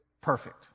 perfect